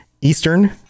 Eastern